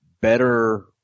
better